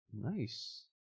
Nice